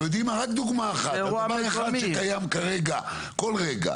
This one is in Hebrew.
רק דוגמה אחת, דבר אחד שקיים כרגע, כל רגע